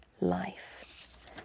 life